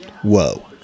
Whoa